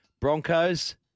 Broncos